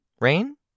Rain